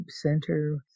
center